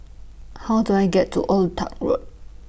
How Do I get to Old Toh Tuck Road